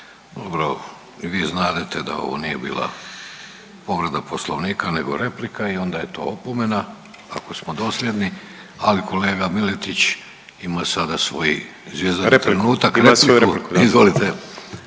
Dobro, i vi znadete da ovo nije bila povreda poslovnika nego replika i onda je to opomena ako smo dosljedni, ali kolega Miletić ima sada svoj …/Upadica